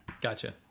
Gotcha